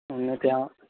એમ ને ત્યાં